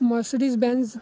Mercedes Benz